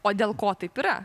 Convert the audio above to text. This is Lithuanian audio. o dėl ko taip yra